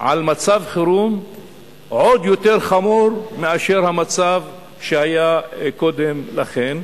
על מצב חירום עוד יותר חמור מהמצב שהיה קודם לכן,